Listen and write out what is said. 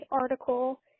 article